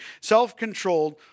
self-controlled